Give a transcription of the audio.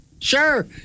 Sure